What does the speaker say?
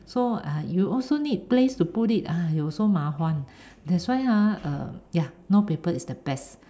so ah you also need place to put it !aiyo! so 麻烦 that's why ah uh ya no paper is the best